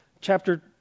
Chapter